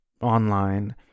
online